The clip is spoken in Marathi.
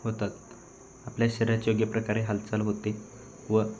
होतात आपल्या शरीराची योग्य प्रकारे हालचाल होते व